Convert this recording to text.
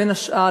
בין השאר,